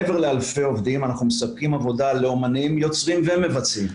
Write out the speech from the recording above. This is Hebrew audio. מעבר לאלפי עובדים אנחנו מספקים עבודה לאמנים יוצרים ומבצעים,